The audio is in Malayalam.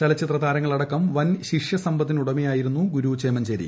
ചലച്ചിത്ര താരങ്ങളടക്കം വൻ ശിഷ്യസമ്പത്തിനുടമയായിരുന്നു ഗുരു ചേമഞ്ചേരി